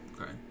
okay